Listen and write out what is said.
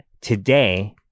today